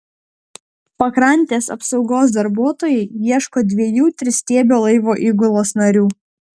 pakrantės apsaugos darbuotojai ieško dviejų tristiebio laivo įgulos narių